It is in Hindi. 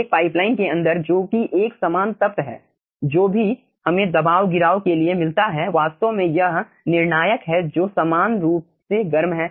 एक पाइपलाइन के अंदर जो कि एक समान तप्त है जो भी हमें दबाव गिराव के लिए मिलता है वास्तव में यह निर्णायक है जो समान रूप से गर्म है